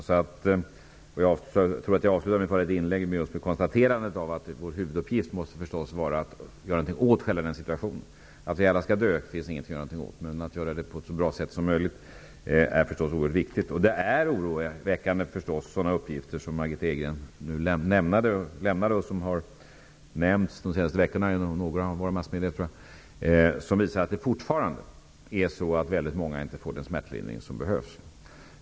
Som jag avslutade mitt förra inlägg med måste vår huvuduppgift vara att göra någonting åt denna situation. Att vi alla skall dö kan man inte göra någonting åt, men det är förstås oerhört viktigt att man gör det på ett så bra sätt som möjligt. Det är oroväckande med sådana uppgifter som Margitta Edgren lämnade, och som har nämnts i några av massmedierna under de senaste veckorna, som visar att det fortfarande är väldigt många människor som inte får den smärtlindring som de behöver. Herr talman!